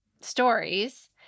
stories